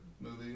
movie